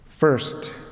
First